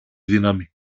δύναμη